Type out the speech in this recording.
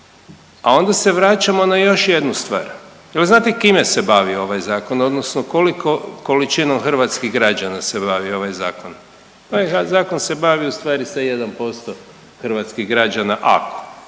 A onda se vraćamo na još jednu stvar. Jel' znate kime se bavi ovaj Zakon odnosno kolikom količinom hrvatskih građana se bavi ovaj Zakon? Ovaj Zakon se bavi ustvari sa 1% hrvatskih građana ako,